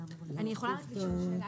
אני יכולה רק לשאול שאלה?